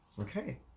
Okay